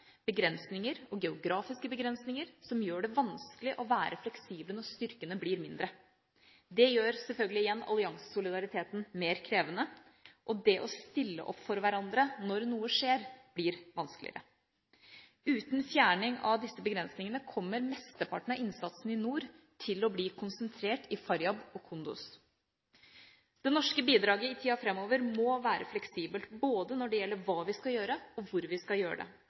begrensninger som gjør det vanskelig å være fleksibel når styrken blir mindre. Det gjør selvfølgelig igjen alliansesolidariteten mer krevende, og det å stille opp for hverandre når noe skjer, blir vanskeligere. Uten fjerning av disse begrensningene kommer mesteparten av innsatsen i nord til å bli konsentrert i Faryab og Kunduz. Det norske bidraget i tida framover må være fleksibelt både når det gjelder hva vi skal gjøre, og hvor vi skal gjøre det.